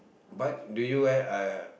but do you ever uh